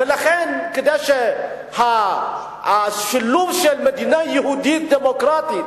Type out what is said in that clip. לכן, כדי שהשילוב של מדינה יהודית ודמוקרטית